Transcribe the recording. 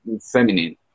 feminine